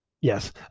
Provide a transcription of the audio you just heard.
Yes